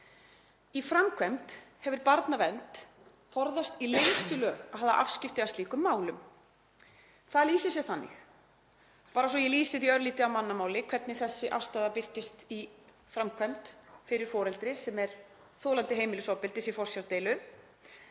Í framkvæmd hefur barnavernd forðast í lengstu lög að hafa afskipti af slíkum málum. Það lýsir sér þannig — bara svo ég lýsi því örlítið á mannamáli hvernig þessi afstaða birtist í framkvæmd fyrir foreldri sem er þolandi heimilisofbeldis í forsjárdeilu